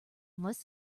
unless